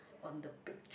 on the picture